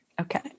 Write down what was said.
Okay